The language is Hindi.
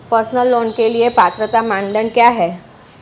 पर्सनल लोंन के लिए पात्रता मानदंड क्या हैं?